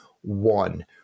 one